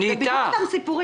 דרך אגב, זה בדיוק אותם סיפורים.